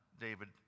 David